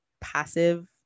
passive